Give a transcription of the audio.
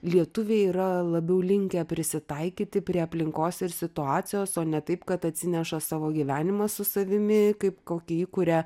lietuviai yra labiau linkę prisitaikyti prie aplinkos ir situacijos o ne taip kad atsineša savo gyvenimą su savimi kaip kokį įkuria